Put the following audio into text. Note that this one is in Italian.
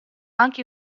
anche